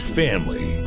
family